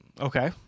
Okay